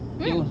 mm